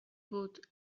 بود